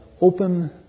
open